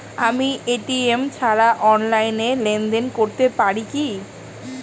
আমি এ.টি.এম ছাড়া অনলাইনে লেনদেন করতে পারি কি?